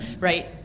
right